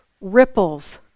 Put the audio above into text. ripples